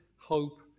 hope